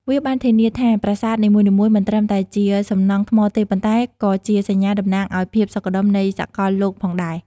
វាបានធានាថាប្រាសាទនីមួយៗមិនត្រឹមតែជាសំណង់ថ្មទេ ប៉ុន្តែក៏ជាសញ្ញាតំណាងឲ្យភាពសុខដុមនៃសកលលោកផងដែរ។